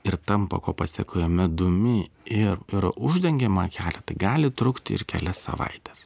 ir tampa ko pasekoje medumi ir ir uždengiama akelė tai gali trukti ir kelias savaites